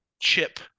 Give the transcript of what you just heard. chip